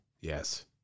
Yes